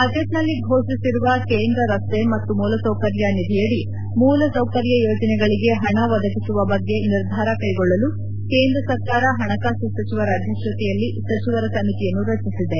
ಬಜೆಟ್ನಲ್ಲಿ ಫೋಷಿಸಿರುವ ಕೇಂದ್ರ ರಸ್ತೆ ಮತ್ತು ಮೂಲಸೌಕರ್ಯ ನಿಧಿಯಡಿ ಮೂಲಸೌಕರ್ಯ ಯೋಜನೆಗಳಿಗೆ ಹಣ ಒಗದಿಸುವ ಬಗ್ಗೆ ನಿರ್ಧಾರ ಕೈಗೊಳ್ಳಲು ಕೇಂದ್ರ ಸರ್ಕಾರ ಹಣಕಾಸು ಸಚಿವರ ಅಧ್ಯಕ್ಷತೆಯಲ್ಲಿ ಸಚಿವರ ಸಮಿತಿಯನ್ನು ರಚಿಸಿದೆ